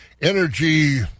energy